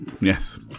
Yes